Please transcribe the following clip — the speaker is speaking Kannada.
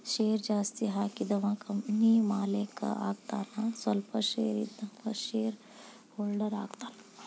ಶೇರ್ ಜಾಸ್ತಿ ಹಾಕಿದವ ಕಂಪನಿ ಮಾಲೇಕ ಆಗತಾನ ಸ್ವಲ್ಪ ಶೇರ್ ಇದ್ದವ ಶೇರ್ ಹೋಲ್ಡರ್ ಆಗತಾನ